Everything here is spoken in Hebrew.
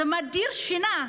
זה מדיר שינה.